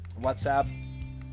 WhatsApp